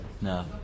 No